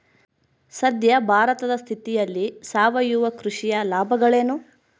ಸದ್ಯ ಭಾರತದ ಸ್ಥಿತಿಯಲ್ಲಿ ಸಾವಯವ ಕೃಷಿಯ ಲಾಭಗಳೇನು?